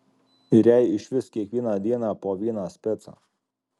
ir jai išvis kiekvieną dieną po vieną specą